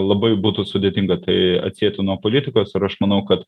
labai būtų sudėtinga tai atsieti nuo politikos ir aš manau kad